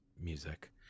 music